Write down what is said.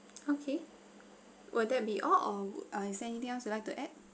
okay will that be all or err is there anything else you'd like to add